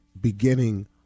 beginning